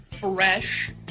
Fresh